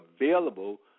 available